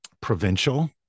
provincial